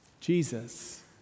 Jesus